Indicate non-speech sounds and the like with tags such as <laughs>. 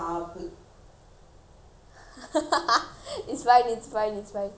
<laughs> it's fine it's fine it's fine it's confidential you can say it